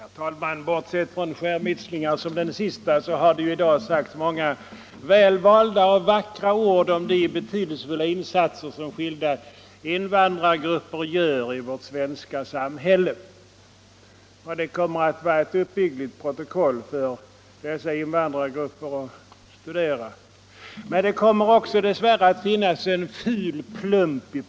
Herr talman! Bortsett från sådana här skärmytslingar som denna sista har det i dag sagts många välvalda och vackra ord om de betydelsefulla Nr 80 insatser som skilda invandrargrupper gör i vårt svenska samhälle. Det Onsdagen den kommer att bli ett uppbyggligt protokoll att studera för dessa invand 14 maj 1975 rargrupper. Men dess värre kommer det också i protokollet att finnas en ful plump.